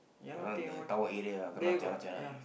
you know the tower area ah kena jialat jialat ah